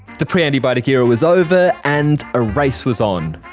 the pre-antibiotic era was over and a race was on.